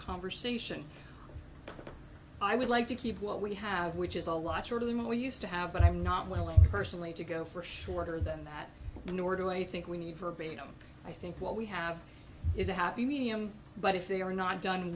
conversation i would like to keep what we have which is a lot shorter than we used to have but i'm not willing personally to go for shorter than that nor do i think we need for beethoven i think what we have is a happy medium but if they are not done